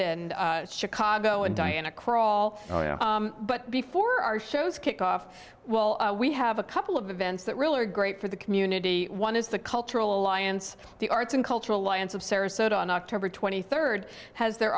in chicago and diana krall but before our shows kicked off well we have a couple of events that really are great for the community one is the cultural alliance the arts and cultural lions of sarasota on october twenty third has their